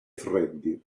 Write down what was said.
freddi